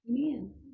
Amen